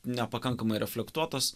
nepakankamai reflektuotas